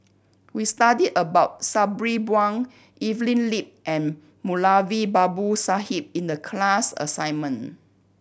we studied about Sabri Buang Evelyn Lip and Moulavi Babu Sahib in the class assignment